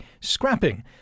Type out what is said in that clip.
scrapping